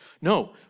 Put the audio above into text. No